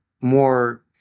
more